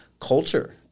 culture